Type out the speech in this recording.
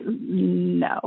no